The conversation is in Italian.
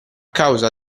causa